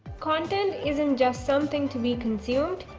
content isn't just something to be concealed.